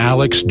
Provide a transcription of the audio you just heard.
Alex